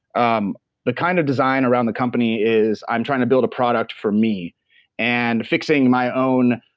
um the kind of design around the company is, i'm trying to build a product for me and fixing my own,